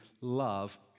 love